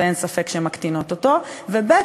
ואין ספק שהן מקטינות אותו, וב.